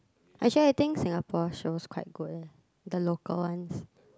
actually I think Singapore shows quite good leh the local ones